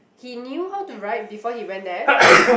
he knew how to ride before he went there